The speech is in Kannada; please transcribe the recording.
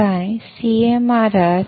CMRR ಎಂದರೇನು